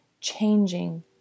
changing